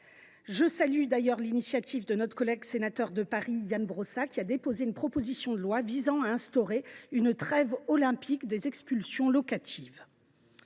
Je salue d’ailleurs l’initiative de notre collègue sénateur de Paris, Ian Brossat, qui a déposé une proposition de loi visant à instaurer une trêve olympique des expulsions locatives.